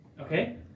Okay